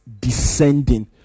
descending